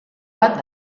bat